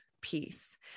peace